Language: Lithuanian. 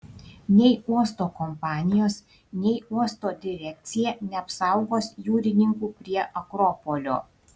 nei uosto kompanijos nei uosto direkcija neapsaugos jūrininkų prie akropolio